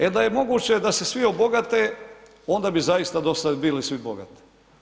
E, da je moguće da se svi obogate, onda bi zaista do sad bili svi bogati.